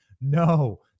No